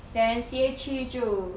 then C_A three 就